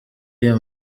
iyo